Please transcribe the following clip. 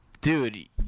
Dude